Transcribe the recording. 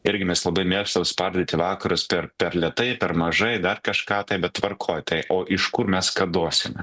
irgi mes labai mėgstam spardyti vakarus per per lėtai per mažai dar kažką tai bet tvarkoj tai o iš kur mes ką duosime